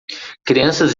crianças